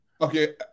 Okay